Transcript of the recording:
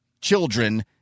children